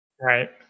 Right